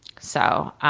so,